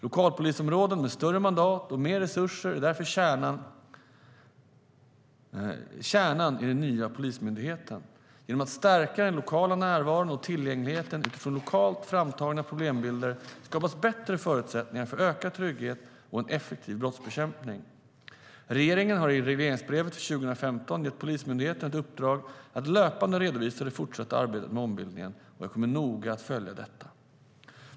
Lokalpolisområden med större mandat och mer resurser är därför kärnan i den nya Polismyndigheten. Genom att stärka den lokala närvaron och tillgängligheten utifrån lokalt framtagna problembilder skapas bättre förutsättningar för ökad trygghet och en effektiv brottsbekämpning. Regeringen har i regleringsbrevet för 2015 gett Polismyndigheten i uppdrag att löpande redovisa det fortsatta arbetet med ombildningen, och jag kommer noga att följa detta.